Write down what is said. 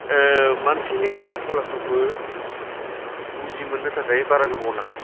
मानसिनि आखल आखुखौ बुजि मोननो थाखाय बारा गोबाव नाङा